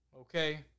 Okay